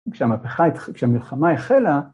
‫(כשהמהפכה) כשהמלחמה החלה...